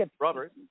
Robert